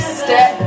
step